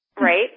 Right